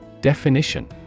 Definition